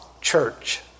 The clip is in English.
Church